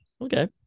Okay